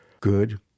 good